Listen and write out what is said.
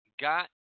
got